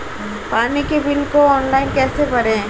पानी के बिल को ऑनलाइन कैसे भरें?